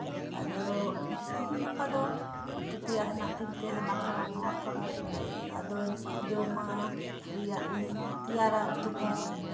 ᱟᱫᱚ ᱛᱮᱦᱤᱧ ᱜᱟᱯᱟ ᱫᱚ ᱩᱛᱩ ᱛᱮᱭᱟᱜ ᱦᱮᱱᱟᱜ ᱛᱤᱧ ᱛᱮ ᱦᱟᱱᱟ ᱛᱷᱚᱲᱟ ᱱᱚᱶᱟ ᱛᱷᱚᱲᱟ ᱟᱫᱚᱧ ᱡᱚᱢᱟᱜ ᱨᱮᱭᱟᱜ ᱤᱧ ᱛᱮᱭᱟᱨᱟ ᱩᱛᱩ ᱠᱚᱸᱦᱚ